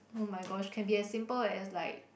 [oh]-my-gosh can be as simple as like